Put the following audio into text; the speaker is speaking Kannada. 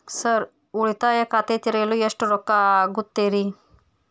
ಸರ್ ಉಳಿತಾಯ ಖಾತೆ ತೆರೆಯಲು ಎಷ್ಟು ರೊಕ್ಕಾ ಆಗುತ್ತೇರಿ?